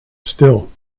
still